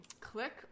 Click